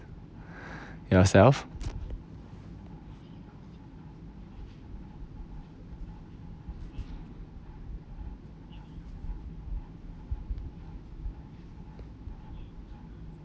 yourself